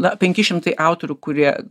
na penki šimtai autorių kurie